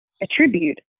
attribute